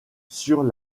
sur